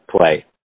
play